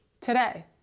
today